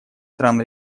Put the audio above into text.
стран